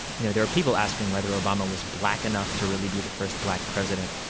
you know, there were people asking whether obama was black enough to really be the first black president,